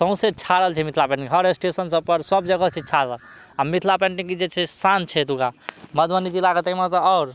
सौंसे छाड़ल छै मिथिला पेन्टिंग हर स्टेशन सबपर सब जगह छै छाड़ल आओर मिथिला पेन्टिंगके जे छै शान छै तऽ ओकरा मधुबनी जिलाके तैमे तऽ आओर